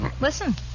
Listen